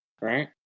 right